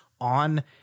on